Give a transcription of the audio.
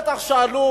ודאי שאלו,